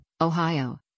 Ohio